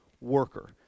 worker